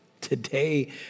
today